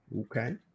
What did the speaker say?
okay